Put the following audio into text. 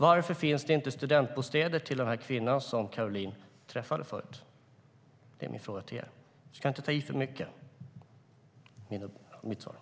Varför finns det inte studentbostäder till den kvinna Caroline träffade? Det är min fråga till er.